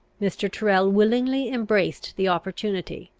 mr. tyrrel willingly embraced the opportunity,